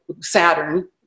Saturn